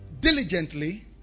diligently